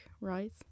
right